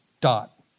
dot